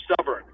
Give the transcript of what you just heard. stubborn